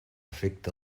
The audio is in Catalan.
afecte